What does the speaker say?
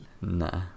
nah